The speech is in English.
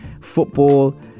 football